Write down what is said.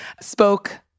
spoke